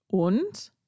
und